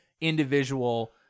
individual